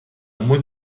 muss